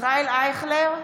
ישראל אייכלר,